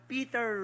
Peter